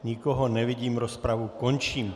Nikoho nevidím, rozpravu končím.